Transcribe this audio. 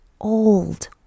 old